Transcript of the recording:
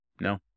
No